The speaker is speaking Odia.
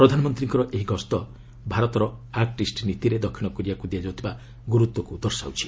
ପ୍ରଧାନମନ୍ତ୍ରୀଙ୍କର ଏହି ଗସ୍ତ ଭାରତର ଆକୁଇଷ୍ଟ ନୀତିରେ ଦକ୍ଷିଣ କୋରିଆକୁ ଦିଆଯାଉଥିବା ଗୁରୁତ୍ୱକୁ ଦର୍ଶାଉଛି